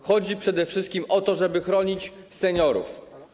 Chodzi przede wszystkim o to, żeby chronić seniorów.